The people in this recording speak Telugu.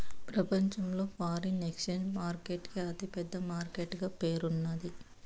ప్రపంచంలో ఫారిన్ ఎక్సేంజ్ మార్కెట్ కి అతి పెద్ద మార్కెట్ గా పేరున్నాది